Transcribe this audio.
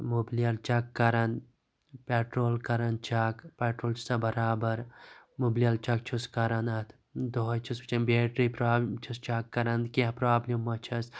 مُبلیل check کَران petrol کَران check petrol چھُسا بَرابَر مُبلیل چیٚک چھُس کَران اَتھ دوہے چھُس وُچھان بیٹری پرابلِم چھُس چیٚک کَران کینٛہہ پرابلِم ما چھس